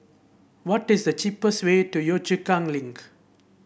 what is the cheapest way to Yio Chu Kang Link